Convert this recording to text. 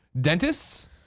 Dentists